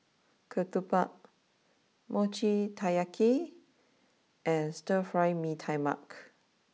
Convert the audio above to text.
Ketupat Mochi Taiyaki and Stir Fry Mee Tai Mak